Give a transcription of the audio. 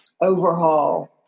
overhaul